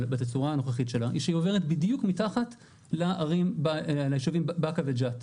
אבל בתצורה הנוכחית שלה היא שהיא עוברת בדיוק מתחת לישובים באקה וג'ת.